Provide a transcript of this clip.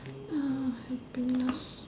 ah happiness